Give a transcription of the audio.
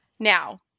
Now